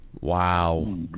Wow